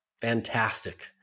fantastic